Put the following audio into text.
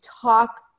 talk